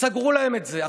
וסגרו להם את זה.